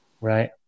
Right